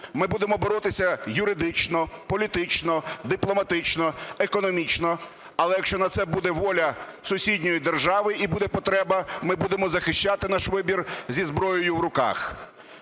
ми будемо боротися юридично, політично, дипломатично, економічно. Але якщо на це буде воля сусідньої держави і буде потреба, ми будемо захищати наш вибір зі зброєю в руках.